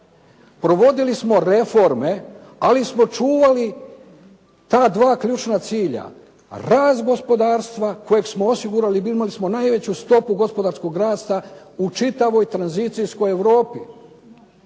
Provodili smo reforme ali smo čuvali ta dva ključna cilja rast gospodarstva kojeg smo osigurali, imali smo najveću stopu gospodarskog rasta u čitavoj tranzicijskoj Europi